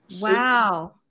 Wow